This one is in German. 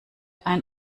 ein